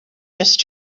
just